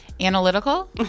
Analytical